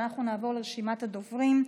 אנחנו נעבור לרשימת הדוברים.